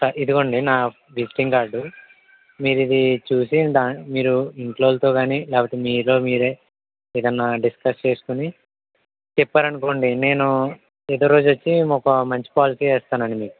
sir ఇదిగోండి నా visiting card మీరు ఇది చూసి దా మీరు ఇంట్లో వాళ్ళతో కాని లేకపోతే మీతో మీరే ఏదన్న డిస్కస్ చేసుకొని చెప్పారనుకోండి నేను ఎదో రోజు వచ్చి ఒక మంచి పాలసీ వేస్తానండి మీకు